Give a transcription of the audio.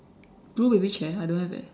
blue baby chair I don't have eh